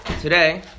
today